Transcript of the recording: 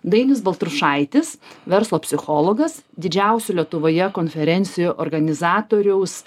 dainius baltrušaitis verslo psichologas didžiausių lietuvoje konferencijų organizatoriaus